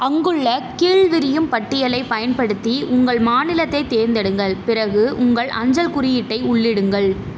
அங்குள்ள கீழ்விரியும் பட்டியலைப் பயன்படுத்தி உங்கள் மாநிலத்தைத் தேர்ந்தெடுங்கள் பிறகு உங்கள் அஞ்சல் குறியீட்டை உள்ளிடுங்கள்